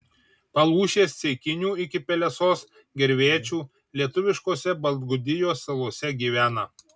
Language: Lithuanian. palūšės ceikinių iki pelesos gervėčių lietuviškose baltgudijos salose gyvena